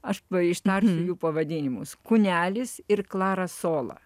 aš ištarsiu jų pavadinimus kūnelis ir klara sola